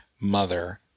mother